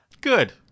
Good